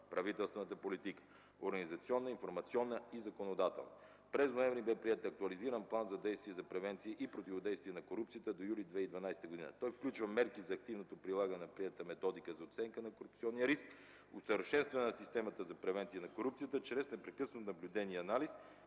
правителствената политика – организационна, информационна и законодателна. През месец ноември бе приет Актуализиран план за действие за превенция и противодействие на корупцията до месец юли 2012 г. Той включва мерки за активното прилагане на приетата методика за оценка на корупционния риск, усъвършенстване на системата за превенция на корупцията чрез непрекъснато наблюдение и анализ,